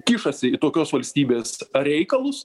kišasi į tokios valstybės reikalus